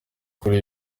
kuri